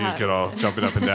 get all. jumping up yeah